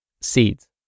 Seeds